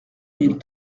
mille